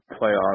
playoffs